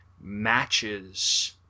matches